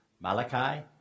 Malachi